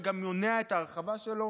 שגם שמונע את ההרחבה שלה.